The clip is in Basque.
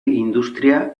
industria